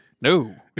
no